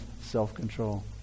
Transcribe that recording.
self-control